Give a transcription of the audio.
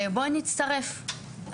בואי נצטרף..".